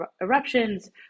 eruptions